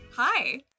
Hi